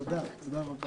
תודה, תודה רבה.